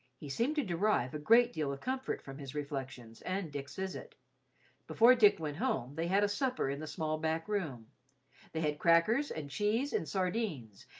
he seemed to derive a great deal of comfort from his reflections and dick's visit. before dick went home, they had a supper in the small back-room they had crackers and cheese and sardines,